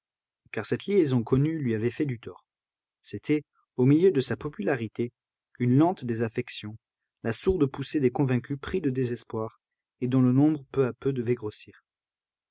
car cette liaison connue lui avait fait du tort c'était au milieu de sa popularité une lente désaffection la sourde poussée des convaincus pris de désespoir et dont le nombre peu à peu devait grossir